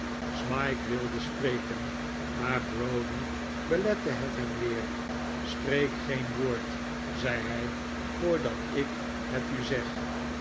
smike wilde spreken maar browdie belette het hem weer spreek geen woord zei hij voordat ik het u zeg